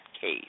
case